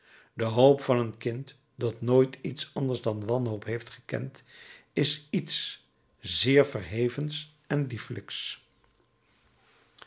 de hoop van een kind dat nooit iets anders dan wanhoop heeft gekend is iets zeer verhevens en